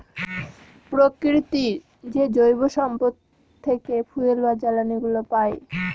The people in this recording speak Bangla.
প্রকৃতির যে জৈব সম্পদ থেকে ফুয়েল বা জ্বালানিগুলো পাই